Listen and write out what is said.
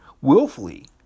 willfully